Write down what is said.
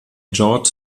george’s